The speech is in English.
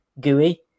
gooey